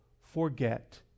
forget